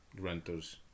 renters